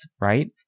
right